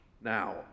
now